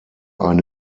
eine